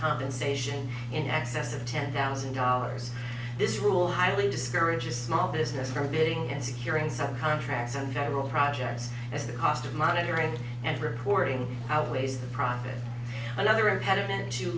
compensation in excess of ten thousand dollars this rule highly discourages small business from bidding and securing subcontracts on federal projects as the cost of monitoring and reporting outweighs the profit another impediment